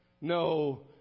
No